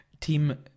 Team